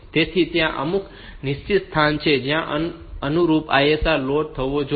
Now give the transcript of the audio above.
તેથી ત્યાં અમુક નિશ્ચિત સ્થાન છે કે જ્યાં અનુરૂપ ISR લોડ થવો જોઈએ